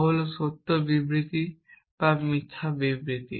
তা হল সত্য বিবৃতি বা একটি মিথ্যা বিবৃতি